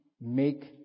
make